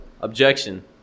objection